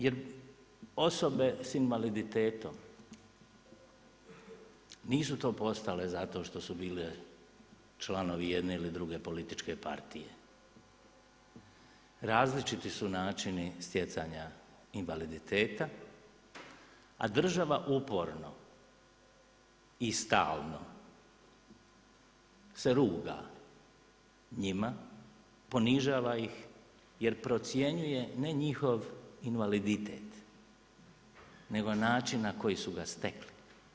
Jer osobe s invaliditetom nisu to postale zato što su bile članovi jedne ili druge političke partije, različiti su načini stjecanja invaliditeta, a država uporno i stalno se ruga njima, ponižava ih jer procjenjuje ne njihov invaliditet nego način na koji su ga stekli.